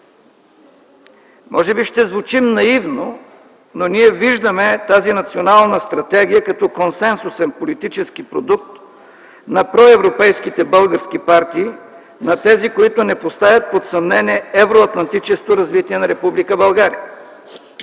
Може би ще звучим наивно, но ние виждаме тази национална стратегия като консенсусен политически продукт на проевропейските български партии, на тези, които не поставят под съмнение евроатлантическото развитие на Република България.